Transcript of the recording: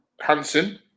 hansen